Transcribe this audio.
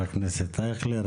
כאן,